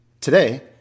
Today